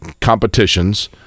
competitions